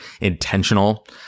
intentional